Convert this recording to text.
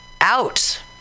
out